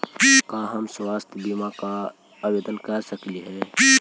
का हम स्वास्थ्य बीमा ला आवेदन कर सकली हे?